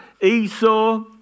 Esau